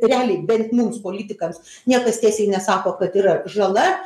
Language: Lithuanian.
realiai bent mums politikams niekas tiesiai nesako kad yra žala